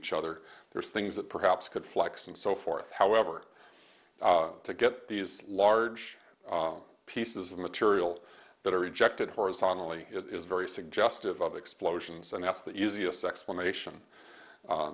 each other there's things that perhaps could flex and so forth however to get these large pieces of material that are rejected horizontally it is very suggestive of explosions and that's the easiest explanation